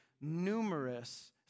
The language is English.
numerous